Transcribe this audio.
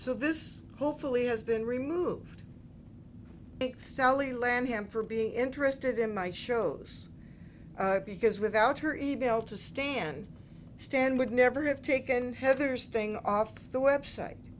so this hopefully has been removed sally lam him for being interested in my shows because without her email to stand stand would never have taken heather's thing off the website